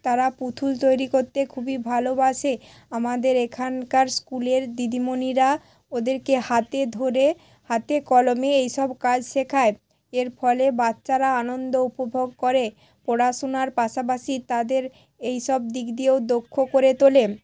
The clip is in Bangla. তারা পুতুল তৈরি করতে খুবই ভালোবাসে আমাদের এখানকার স্কুলের দিদিমণিরা ওদেরকে হাতে ধরে হাতে কলমে এইসব কাজ শেখায় এর ফলে বাচ্চারা আনন্দ উপভোগ করে পড়াশুনার পাশাপাশি তাদের এইসব দিক দিয়েও দক্ষ করে তোলে